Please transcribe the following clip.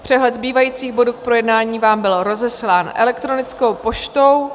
Přehled zbývajících bodů k projednání vám byl rozeslán elektronickou poštou.